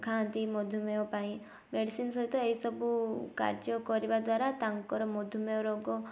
ଖାଆନ୍ତି ମଧୁମେୟ ପାଇଁ ମେଡ଼ିସିନ୍ ସହିତ ଏଇସବୁ କାର୍ଯ୍ୟ କରିବାଦ୍ୱାରା ତାଙ୍କର ମଧୁମେୟ ରୋଗ